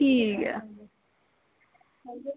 ठीक ऐ